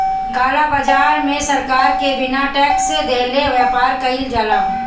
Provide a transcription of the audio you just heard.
काला बाजार में सरकार के बिना टेक्स देहले व्यापार कईल जाला